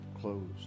closed